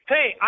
Hey